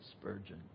Spurgeon